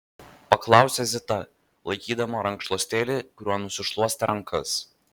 paklausė zita laikydama rankšluostėlį kuriuo nusišluostė rankas